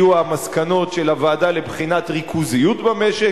יהיו המסקנות של הוועדה לבחינת הריכוזיות במשק,